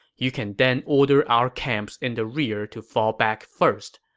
you can then order our camps in the rear to fall back first,